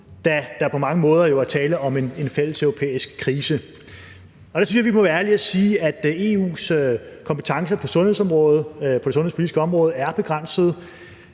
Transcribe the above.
der jo på mange måder er tale om en fælleseuropæisk krise. Der synes jeg, at vi må være ærlige og sige, at EU's kompetencer på det sundhedspolitiske område er begrænsede.